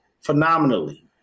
phenomenally